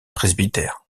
presbytère